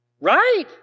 Right